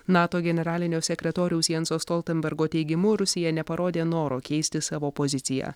nato generalinio sekretoriaus janso stoltenbergo teigimu rusija neparodė noro keisti savo poziciją